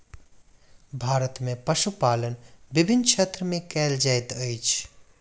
भारत में पशुपालन विभिन्न क्षेत्र में कयल जाइत अछि